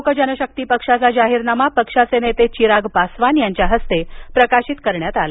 लोकजनशक्ती पक्षाचा जाहीरनामा पक्षाचे नेते चिराग पासवान यांच्या हस्ते प्रकाशित करण्यात आला